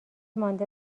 مانده